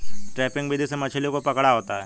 trapping विधि से मछली को पकड़ा होता है